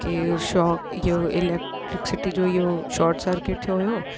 की शौक़ु इहो इलेक्ट्रिक सिटी जो इहो शॉट सर्कीट थियो हुओ